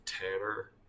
Tanner